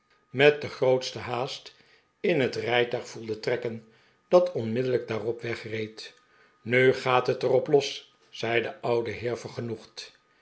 club de grootste haast in het rijtuig voelde trekken dat onmiddellijk daarna wegreed nu gaat het er op los zei de oude